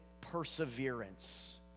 perseverance